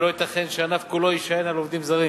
ולא ייתכן שהענף כולו יישען על עובדים זרים.